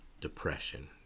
depression